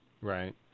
Right